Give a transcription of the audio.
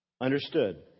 understood